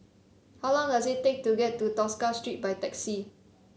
how long does it take to get to Tosca Street by taxi